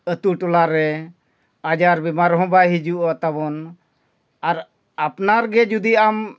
ᱟᱛᱳ ᱴᱚᱞᱟᱨᱮ ᱟᱡᱟᱨ ᱵᱮᱢᱟᱨ ᱦᱚᱸ ᱵᱟᱭ ᱦᱤᱡᱩᱜᱼᱟ ᱛᱟᱵᱚᱱ ᱟᱨ ᱟᱯᱱᱟᱨ ᱜᱮ ᱡᱩᱫᱤ ᱟᱢ